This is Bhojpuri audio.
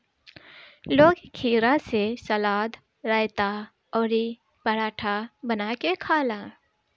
लोग खीरा से सलाद, रायता अउरी पराठा बना के खाला